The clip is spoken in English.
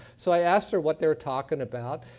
so i asked her what they were talking about,